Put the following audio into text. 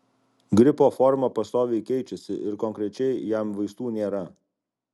gripo forma pastoviai keičiasi ir konkrečiai jam vaistų nėra